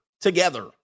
together